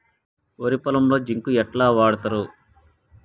వరి పొలంలో జింక్ ఎట్లా వాడుతరు?